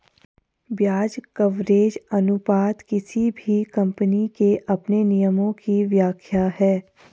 ब्याज कवरेज अनुपात किसी भी कम्पनी के अपने नियमों की व्याख्या है